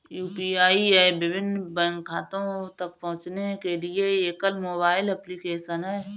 UPI app विभिन्न bank खातों तक पहुँचने के लिए एकल मोबाइल एप्लिकेशन है